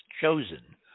chosen